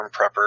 prepper